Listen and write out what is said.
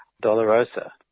Dolorosa